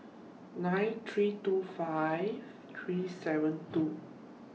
nine three two five three seven two